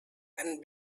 and